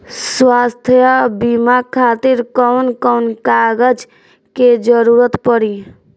स्वास्थ्य बीमा खातिर कवन कवन कागज के जरुरत पड़ी?